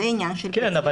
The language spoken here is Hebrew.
זה עניין של --- כן,